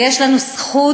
ויש לנו זכות